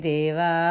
Deva